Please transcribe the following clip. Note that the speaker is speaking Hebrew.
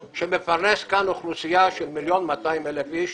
שמפרנס כאן אוכלוסייה של מיליון ו-200,000 אנשים